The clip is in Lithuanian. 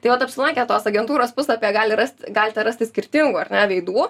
tai vat apsilankę tos agentūros puslapyje gali rast galite rasti skirtingų ar ne veidų